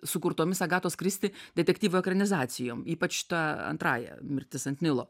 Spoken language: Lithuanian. sukurtomis agatos kristi detektyvų ekranizacijom ypač ta antrąja mirtis ant nilo